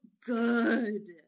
good